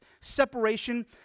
separation